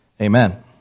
Amen